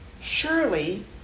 surely